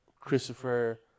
Christopher